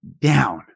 Down